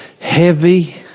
heavy